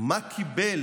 מה קיבל